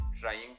trying